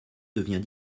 devient